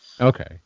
Okay